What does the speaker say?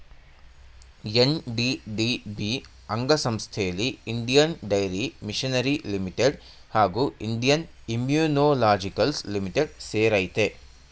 NDDB ಅಂಗಸಂಸ್ಥೆಲಿ Indian dairy machinery limited ಹಾಗೂ Indian immunologicals limited ಸೇರಯ್ತೆ